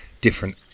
different